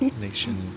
nation